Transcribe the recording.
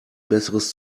besseres